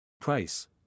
Price